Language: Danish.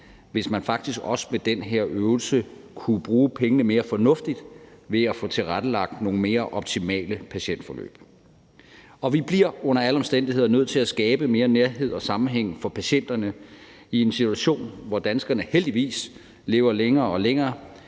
hvis man faktisk også med den her øvelse kunne bruge pengene mere fornuftigt ved at få tilrettelagt nogle mere optimale patientforløb. Vi bliver under alle omstændigheder nødt til at skabe mere nærhed og sammenhæng for patienterne i en situation, hvor danskerne heldigvis lever længere og længere,